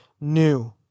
new